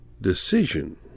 decision